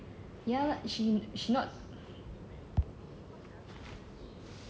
ya lah she she not